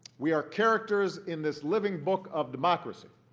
we are characters in this living book of democracy,